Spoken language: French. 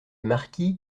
marquis